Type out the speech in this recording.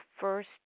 first